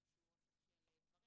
אלא זה איזשהו אוסף של דברים.